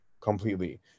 completely